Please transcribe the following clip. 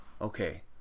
Okay